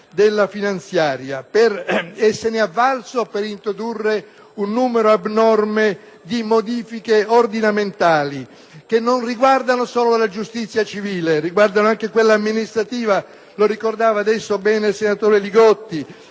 alla finanziaria e lo ha fatto per introdurre un numero abnorme di modifiche ordinamentali che non riguardano solo la giustizia civile ma anche quella amministrativa (lo ricordava poco fa il senatore Li Gotti),